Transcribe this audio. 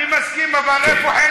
אני מסכים, אבל איפה החלק